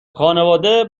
خانواده